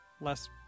less